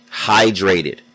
hydrated